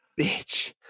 bitch